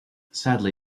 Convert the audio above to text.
sadly